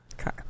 Okay